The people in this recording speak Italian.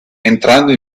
entrando